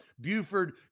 Buford